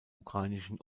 ukrainischen